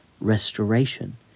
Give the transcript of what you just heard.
restoration